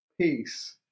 Peace